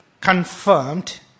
confirmed